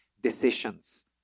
decisions